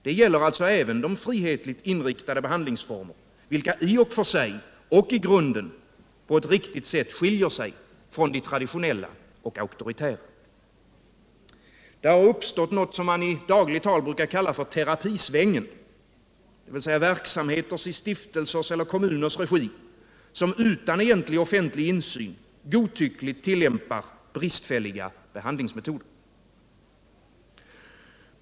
Det gäller alltså även de frihetligt inriktade behandlingsformer, vilka i och för sig och i grunden på ett riktigt sätt skiljer sig från de traditionella och auktoritära. Det har uppstått något som man i dagligt tal brukar kalla terapisvängen — verksamheter i stiftelsers eller kommuners regi, som utan egentlig offentlig insyn godtyckligt tillämpar bristfälliga behandlingsmetoder.